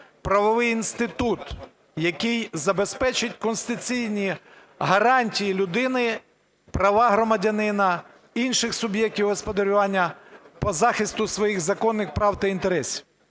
правовий інститут, який забезпечить конституційні гарантії людини, права громадянина, інших суб'єктів господарювання по захисту своїх законних прав та інтересів.